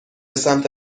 سمت